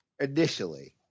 initially